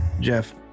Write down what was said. Jeff